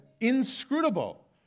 inscrutable